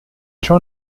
ciò